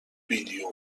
بیلیون